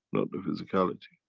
not the physicality.